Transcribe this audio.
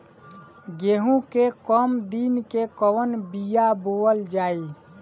गेहूं के कम दिन के कवन बीआ बोअल जाई?